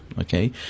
Okay